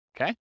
Okay